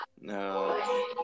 No